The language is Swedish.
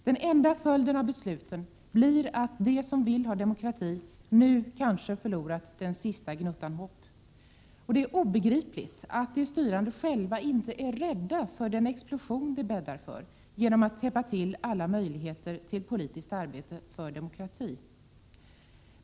Den enda följden av besluten blir att de som vill ha demokrati nu kanske har förlorat den sista gnuttan hopp. Och det är obegripligt att de styrande själva inte är rädda för den explosion de bäddar för genom att täppa till alla möjligheter till politiskt arbete för demokrati.